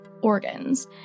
organs